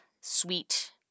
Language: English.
sweet